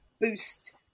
boost